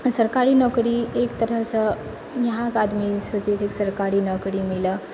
सरकारी नौकरी एक तरहसँ यहाँके आदमी सोचै छै जे सरकारी नौकरी मिलै